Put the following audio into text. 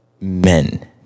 men